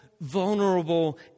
vulnerable